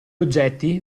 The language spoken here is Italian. oggetti